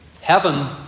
Heaven